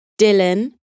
Dylan